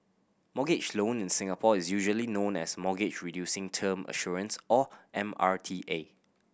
mortgage loan in Singapore is usually known as Mortgage Reducing Term Assurance or M R T A